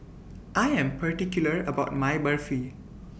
I Am particular about My Barfi